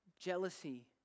jealousy